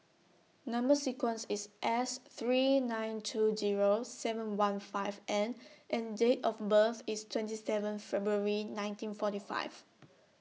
Number sequence IS S three nine two Zero seven one five N and Date of birth IS twenty seven February nineteen forty five